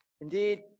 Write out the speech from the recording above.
indeed